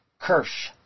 Kirsch